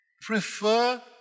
prefer